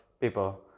people